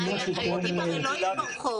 הילדים הרי לא יהיו ברחוב.